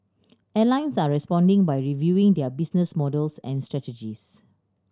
airlines are responding by reviewing their business models and strategies